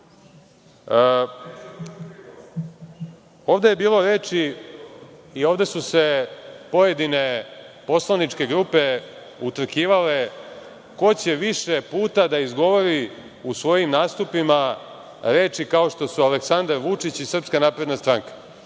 itd. Ovde je bilo reči i ovde su se pojedine poslaničke grupe utrkivale ko će više puta da izgovori u svojim nastupima reči kao što su Aleksandar Vučić i SNS. Ja da vam